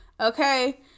Okay